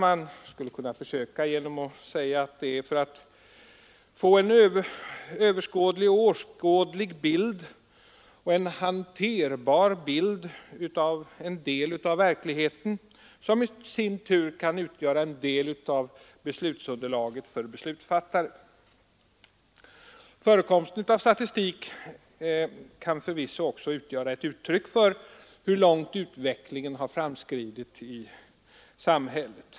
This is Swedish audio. Man skulle kunna försöka med att säga att det sker för att vi skall få en överskådlig och hanterbar bild av en del av verkligheten, vilken i sin tur kan utgöra en del av underlaget för beslutsfattare. Förekomsten av statistik kan förvisso också vara ett uttryck för hur långt utvecklingen har framskridit i samhället.